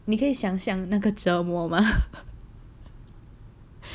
你可以想象那个折磨吗